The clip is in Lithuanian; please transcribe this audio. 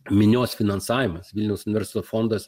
minios finansavimas vilniaus universiteto fondas